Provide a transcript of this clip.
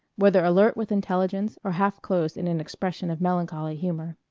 whether alert with intelligence or half closed in an expression of melancholy humor.